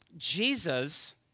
Jesus